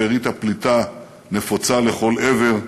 שארית הפליטה הייתה נפוצה לכל עבר,